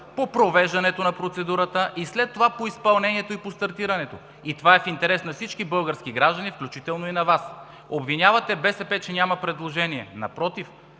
по провеждането на процедурата и след това по изпълнението и по стартирането. И това е в интерес на всички български граждани, включително и на Вас. Обвинявате, че БСП няма предложение. Напротив,